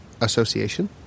association